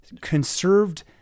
conserved